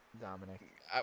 Dominic